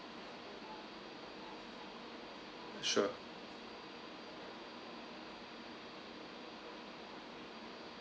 sure